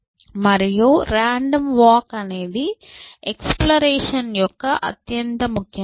మరియు random walk అనేది exploration యొక్క అత్యంత ముఖ్యమైనది